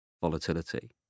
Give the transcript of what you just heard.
volatility